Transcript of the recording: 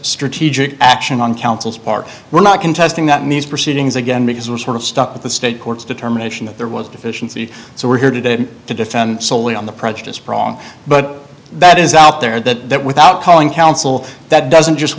strategic action on counsel's part we're not contesting that means proceedings again because we're sort of stuck with the state courts determination that there was a deficiency so we're here today to defend solely on the prejudice prong but that is out there that without calling counsel that doesn't just